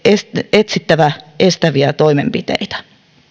etsittävä estäviä toimenpiteitä